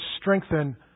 strengthen